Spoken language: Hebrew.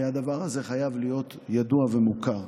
והדבר הזה חייב להיות ידוע ומוכר.